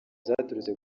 zaturutse